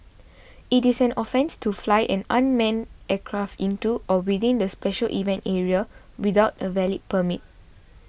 it is an offence to fly an unmanned aircraft into or within the special event area without a valid permit